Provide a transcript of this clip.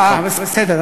אה, בסדר.